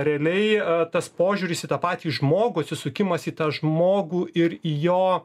realiai tas požiūris į tą patį žmogų atsisukimas į tą žmogų ir į jo